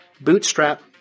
bootstrap